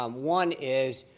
um one is,